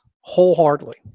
wholeheartedly